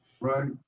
Right